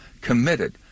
committed